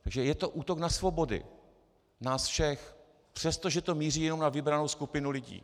Takže je to útok na svobody nás všech, přestože to míří jenom na vybranou skupinu lidí.